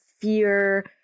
fear